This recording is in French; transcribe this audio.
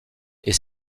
est